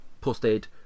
posted